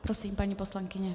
Prosím, paní poslankyně.